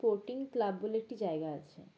sporting club বলে একটি জায়গা আছে